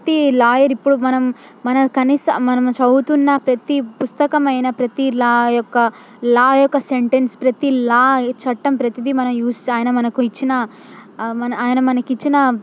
ప్రతీ లాయరు ఇప్పుడు మనం మన కనీస మనం చదువుతున్న ప్రతీ పుస్తకమైన ప్రతీ లా యొక్క లా యొక్క సెంటెన్స్ ప్రతీ లా చట్టం ప్రతీది మనం యూజ్ అయినా మనకు ఇచ్చిన మన ఆయన మనకు ఇచ్చిన